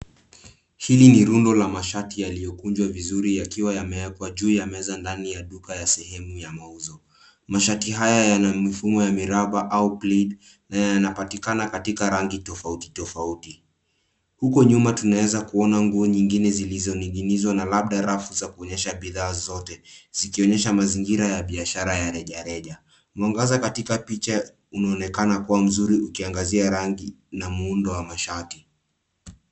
Hili ni rundo la mashati yaliyokunjwa vizuri yakiwa yamewekwa juu ya meza ndani ya duka ya sehemu ya mauzo. Mashati haya yana mifumo ya miraba au plain na yanapatikana katika rangi tofauti tofauti. Huko nyuma tunaweza kuona nguo nyingine zilizoning'inizwa na labda rafu za kuonyesha bidhaa zote, zikionyesha mazingira ya biashara ya rejareja. Mwangaza katika picha unaonekana kuwa mzuri, ukiangazia rangi na muundo wa mashati.